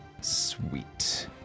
Sweet